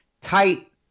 tight